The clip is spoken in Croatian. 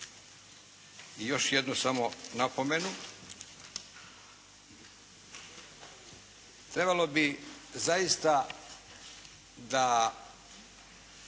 I još jednu samo napomenu. Trebalo bi zaista da